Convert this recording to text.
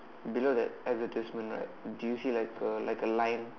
below that advertisement right do you see like a like a line